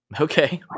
Okay